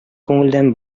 күңелдән